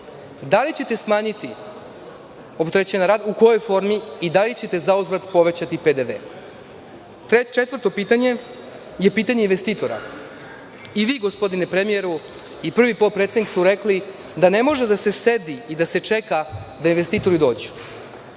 da li ćete smanjiti opterećenog radnika, u kojoj formi i da li ćete zauzvrat povećati PDV.Četvrto pitanje je pitanje investitora. I vi gospodine premijeru i prvi potpredsednik ste rekli da ne može da se sedi i da se čeka da investitori dođu.